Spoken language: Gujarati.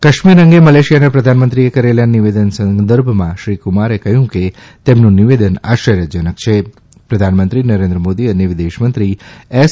કાશ્મીર અંગે મલેશિયાના પ્રધાનમંત્રીએ કરેલા નિવેદન સંદર્ભમાં શ્રીકુમારે કહ્યું કે તેમનું નિવેદન આશ્વર્યજનક છે પ્રધાનમંત્રીશ્રી નરેન્દ્ર મોદી અને વિદેશમંત્રી એસ